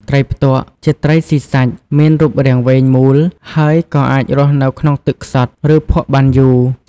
ត្រីផ្ទក់ ជាត្រីស៊ីសាច់ មានរូបរាងវែងមូល ហើយក៏អាចរស់នៅក្នុងទឹកខ្សត់ ឬភក់បានយូរ។